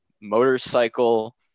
motorcycle